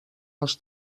als